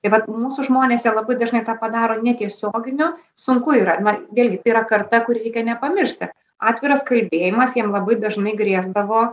tai vat mūsų žmonės jie labai dažnai tą padaro netiesioginiu sunku yra na vėlgi tai yra karta kuri reikia nepamiršt kad atviras kalbėjimas jiem labai dažnai grėsdavo